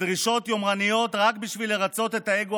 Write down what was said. ולדרישות יומרניות רק כדי לרצות את האגו